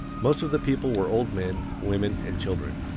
most of the people were old men, women, and children.